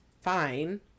fine